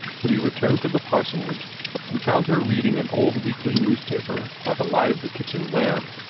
when he returned to the parsonage and found her reading an old weekly newspaper by the light of the kitchen lamp,